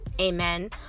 amen